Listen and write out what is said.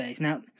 Now